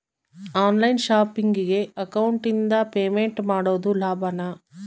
On line ಶಾಪಿಂಗಿಗೆ ಅಕೌಂಟಿಂದ payment ಮಾಡೋದು ಲಾಭಾನ?